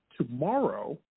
Tomorrow